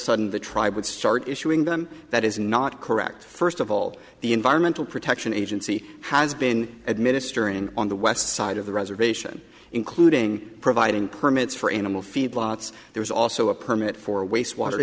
sudden the tribe would start issuing them that is not correct first of all the environmental protection agency has been administering on the west side of the reservation including providing permits for animal feedlots there is also a permit for wastewater